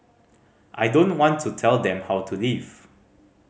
I don't want to tell them how to live